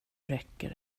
räcker